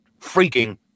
freaking